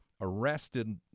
arrested